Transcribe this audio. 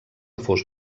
fos